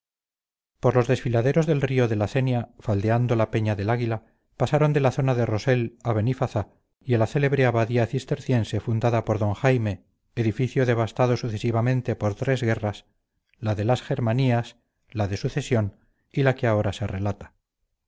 por los desfiladeros del río de la cenia faldeando la peña del águila pasaron de la zona de rosell a benifazá y a la célebre abadía cisterciense fundada por d jaime edificio devastado sucesivamente por tres guerras la de las germanías la de sucesión y la que ahora se relata